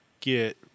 get